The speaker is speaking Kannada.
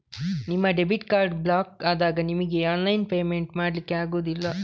ನಿಮ್ಮ ಡೆಬಿಟ್ ಕಾರ್ಡು ಬ್ಲಾಕು ಆದಾಗ ನಿಮಿಗೆ ಆನ್ಲೈನ್ ಪೇಮೆಂಟ್ ಮಾಡ್ಲಿಕ್ಕೆ ಆಗುದಿಲ್ಲ